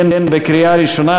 בקריאה ראשונה,